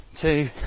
Two